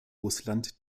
russland